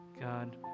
God